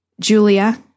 Julia